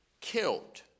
killed